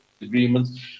agreements